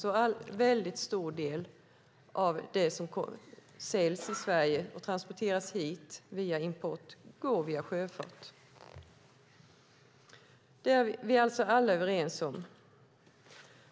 En mycket stor del av det som importeras och säljs i Sverige transporteras via sjöfart. Det är vi alla överens om.